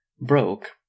broke